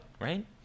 right